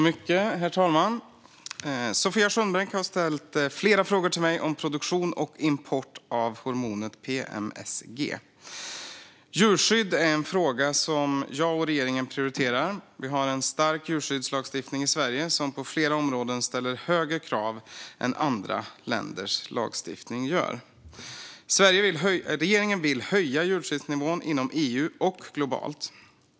Herr talman! Sofia Skönnbrink har ställt flera frågor till mig om produktion och import av hormonet PMSG. Djurskydd är en fråga som jag och regeringen prioriterar. Vi har en stark djurskyddslagstiftning i Sverige som på flera områden ställer högre krav än andra länders lagstiftning. Regeringen vill höja djurskyddsnivån inom EU och globalt.